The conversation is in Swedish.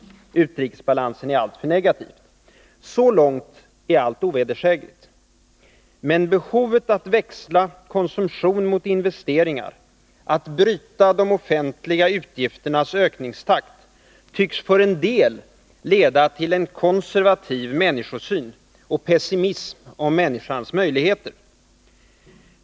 Balansen i utrikeshandeln är alltför negativ. Så långt är allt ovedersägligt. Men behovet att växla konsumtion mot investeringar, att bryta de offentliga utgifternas ökningstakt tycks för en del leda till en konservativ människosyn och pessimism om människans möjligheter.